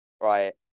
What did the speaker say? right